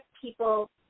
people